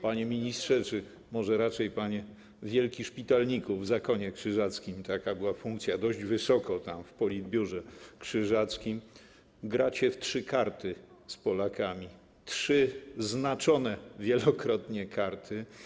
Panie ministrze, czy może raczej: panie wielki szpitalniku w zakonie krzyżackim - była taka funkcja, dość wysoko, w politbiurze krzyżackim - gracie w trzy karty z Polakami, trzy znaczone wielokrotnie karty.